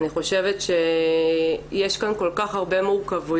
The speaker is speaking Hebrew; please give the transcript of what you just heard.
אני חושבת שיש כאן כל כך הרבה מורכבויות,